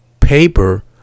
paper